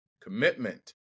Commitment